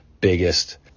biggest